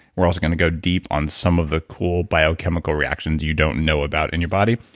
we're also going to go deep on some of the cool biochemical reactions you don't know about in your body,